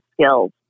skills